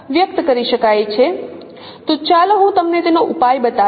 તો ચાલો હું તમને તેનો ઉપાય બતાવીશ